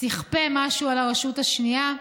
תכפה משהו על הרשות השנייה.